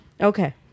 Okay